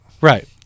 Right